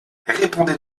répondez